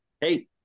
hey